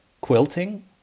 Quilting